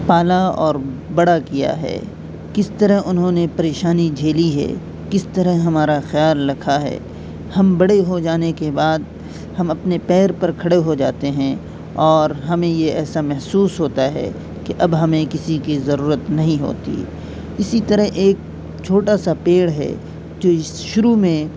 پالا اور بڑا کیا ہے کس طرح انہوں نے پریشانی جھیلی ہے کس طرح ہمارا خیال رکھا ہے ہم بڑے ہو جانے کے بعد ہم اپنے پیر پر کھڑے ہو جاتے ہیں اور ہمیں یہ ایسا محسوس ہوتا ہے کہ اب ہمیں کسی کی ضرورت نہیں ہوتی اسی طرح ایک چھوٹا سا پیڑ ہے جو شروع میں